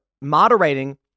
moderating